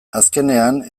azkenean